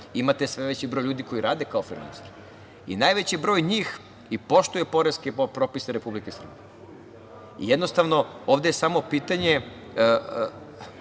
imate sve veći broj ljudi koji rade kao frilenseri. Najveći broj njih i poštuje poreske propise Republike Srbije. Jednostavno, ovde je samo pitanje